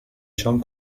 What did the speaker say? شام